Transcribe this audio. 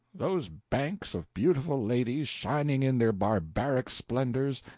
those banks of beautiful ladies, shining in their barbaric splendors,